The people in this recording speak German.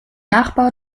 nachbau